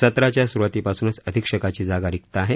सत्राच्या सुरुवातीपासूनच अधीक्षकाची जागा रिक्त आहे